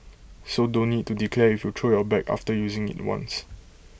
so don't need to declare if you throw your bag after using IT once